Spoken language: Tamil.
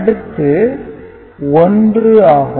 அடுத்து 1 ஆகும்